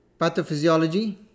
Pathophysiology